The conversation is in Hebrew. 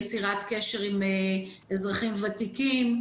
יצירת קשר עם אזרחים ותיקים,